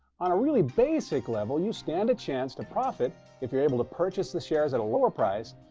on a really basic level, you stand a chance to profit if you're able to purchase the shares at a lower price.